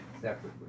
separately